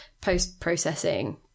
post-processing